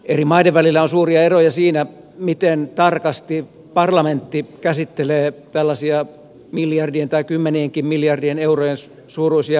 eri maiden välillä on suuria eroja siinä miten tarkasti parlamentti käsittelee tällaisia miljardien tai kymmenienkin miljardien eurojen suuruisia vastuita